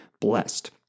blessed